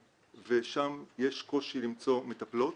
ושם יש קושי למצוא מטפלות.